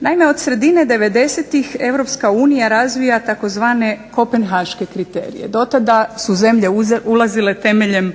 Naime, od sredine '90.-tih Europska unija razvija tzv. kopenhaške kriterije. Do tada su zemlje ulazile temeljem